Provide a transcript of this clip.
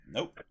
Nope